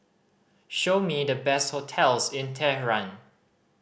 show me the best hotels in Tehran